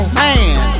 man